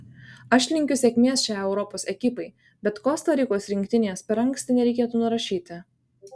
aš linkiu sėkmės šiai europos ekipai bet kosta rikos rinktinės per anksti nereikėtų nurašyti